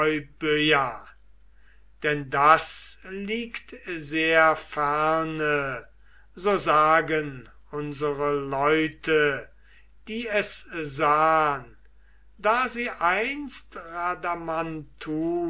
denn das liegt sehr ferne so sagen unsere leute die es sahn da sie einst